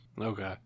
Okay